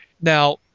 now